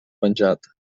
penjat